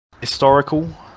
Historical